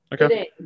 Okay